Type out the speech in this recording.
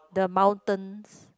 the mountains